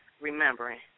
remembering